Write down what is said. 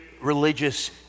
religious